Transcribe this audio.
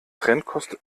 trennkost